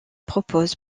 propose